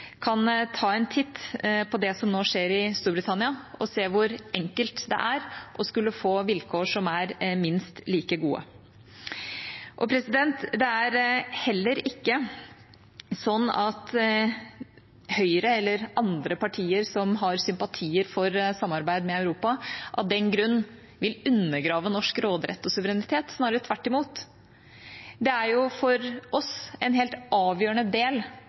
kan ta en titt på det som nå skjer i Storbritannia og se hvor enkelt det er å skulle få vilkår som er minst like gode. Det er heller ikke sånn at Høyre eller andre partier som har sympatier for samarbeid med Europa, av den grunn vil undergrave norsk råderett og suverenitet, snarere tvert imot. Det er jo for oss en helt avgjørende del